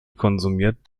konsumiert